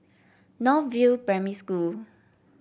North View Primary School